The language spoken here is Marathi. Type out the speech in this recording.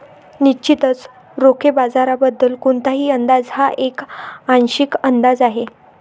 निश्चितच रोखे बाजाराबद्दल कोणताही अंदाज हा एक आंशिक अंदाज आहे